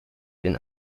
den